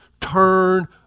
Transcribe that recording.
turn